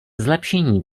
zlepšení